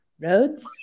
Roads